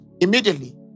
immediately